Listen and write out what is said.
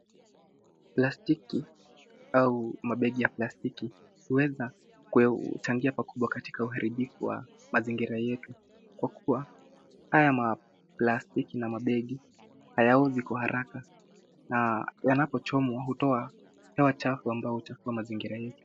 Plastiki au mabegi ya plastiki, huweza kuchangia pakubwa katika uharibifu wa mazingira yetu kwa kuwa, aya maplastiki na mabegi hayaozi kwa haraka na yanapochomwa hutoa hewa chafu ambayo huchafua mazingira yetu.